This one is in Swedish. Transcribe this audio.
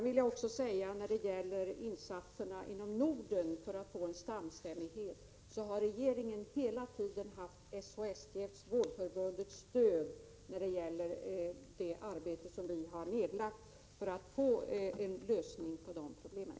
I arbetet på att få en samstämmighet i Norden har regeringen hela tiden haft SHSTF:s vårdförbunds stöd när det gällt att lösa problemen.